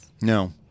No